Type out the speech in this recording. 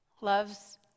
loves